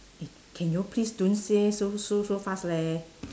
eh can you please don't say so so so fast leh